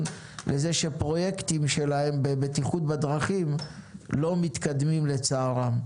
שפרויקטים שלהם בבטיחות בדרכים לא מתקדמים לצערם.